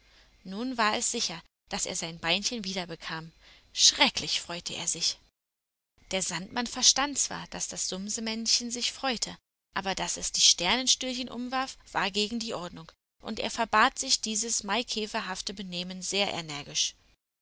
nun war es sicher daß er sein beinchen wiederbekam schrecklich freute er sich der sandmann verstand zwar daß das sumsemännchen sich freute aber daß es die sternenstühlchen umwarf war gegen die ordnung und er verbat sich dieses maikäferhafte benehmen sehr energisch